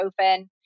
ibuprofen